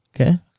okay